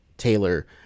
Taylor